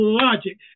logic